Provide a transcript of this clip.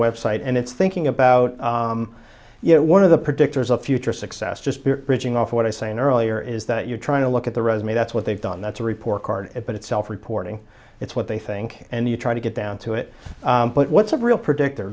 website and it's thinking about you know one of the predictors of future success just bridging off what i saying earlier is that you're trying to look at the resume that's what they've done that's a report card but itself reporting it's what they think and you try to get down to it but what's a real predictor